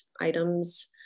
items